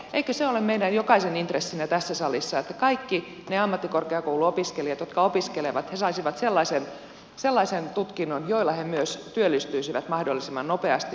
eikö se ole meidän jokaisen intressinä tässä salissa että kaikki ne ammattikorkeakouluopiskelijat jotka opiskelevat saisivat sellaisen tutkinnon joilla he myös työllistyisivät mahdollisimman nopeasti